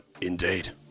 indeed